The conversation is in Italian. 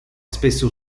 spesso